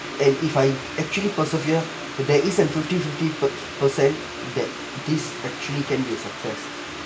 and if I actually persevere there is a fifty fifty per~ percent that this actually can be a success